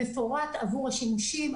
מפורט עבור השימושים,